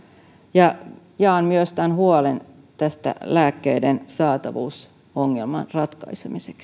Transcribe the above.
jaan myös huolen tästä lääkkeiden saatavuusongelman ratkaisemisesta